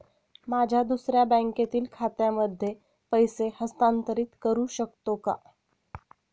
माझ्या दुसऱ्या बँकेतील खात्यामध्ये पैसे हस्तांतरित करू शकतो का?